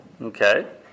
Okay